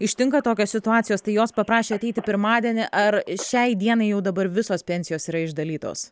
ištinka tokios situacijos tai jos paprašė ateiti pirmadienį ar šiai dienai jau dabar visos pensijos yra išdalytos